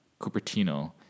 Cupertino